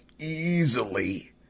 easily